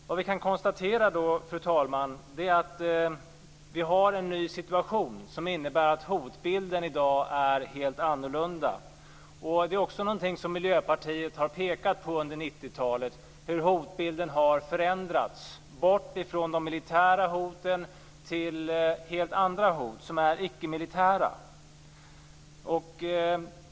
Vi kan, fru talman, konstatera att vi har en ny situation som innebär att hotbilden i dag är helt annorlunda. Det är också någonting som Miljöpartiet har pekat på under 90-talet, dvs. hur hotbilden har förändrats bort från de militära hoten till helt andra hot som är icke-militära.